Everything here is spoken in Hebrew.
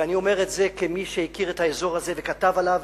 ואני אומר את זה כמי שהכיר את האזור הזה וכתב עליו,